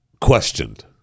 questioned